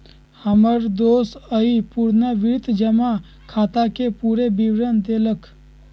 हमर दोस आइ पुरनावृति जमा खताके पूरे विवरण देलक